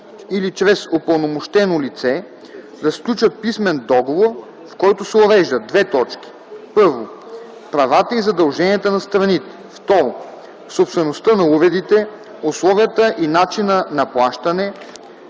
или чрез упълномощено лице да сключат писмен договор, в който се уреждат: 1. правата и задълженията на страните; 2. собствеността на уредите, условията и начина на плащане,